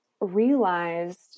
realized